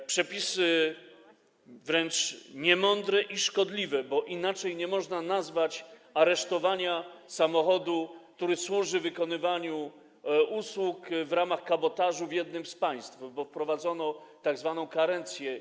To przepisy wręcz niemądre i szkodliwe, bo inaczej nie można nazwać aresztowania samochodu, który służy wykonywaniu usług w ramach kabotażu w jednym z państw, bo wprowadzono tzw. karencję.